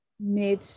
mid